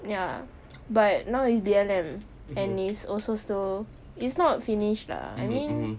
ya but now is B_L_M and is also still is not finished lah I mean